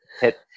hit